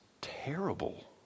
terrible